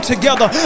together